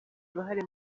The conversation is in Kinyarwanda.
uruhare